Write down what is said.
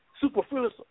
superfluous